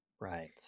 Right